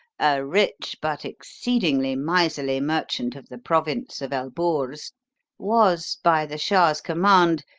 a rich but exceedingly miserly merchant of the province of elburz, was, by the shah's command,